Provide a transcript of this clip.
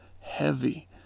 heavy